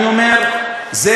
אני אומר: זה